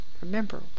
Remember